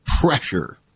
pressure